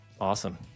awesome